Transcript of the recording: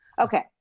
Okay